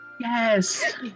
Yes